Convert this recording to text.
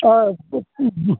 ᱦᱳᱭ